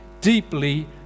deeply